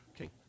Okay